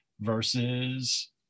versus